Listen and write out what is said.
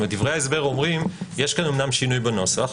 דברי ההסבר אומרים: יש כאן אומנם שינוי בנוסח,